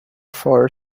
far